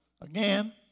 again